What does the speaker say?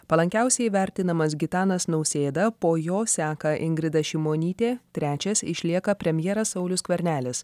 palankiausiai vertinamas gitanas nausėda po jo seka ingrida šimonytė trečias išlieka premjeras saulius skvernelis